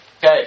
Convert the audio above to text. Okay